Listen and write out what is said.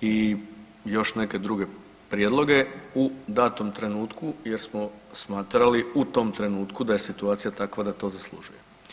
i još neke druge prijedloge u datom trenutku jer smo smatrali u tom trenutku da je situacija takva, da to zaslužuje.